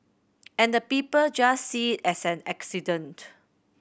and the people just see it as an incident